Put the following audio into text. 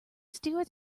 steer